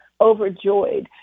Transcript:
overjoyed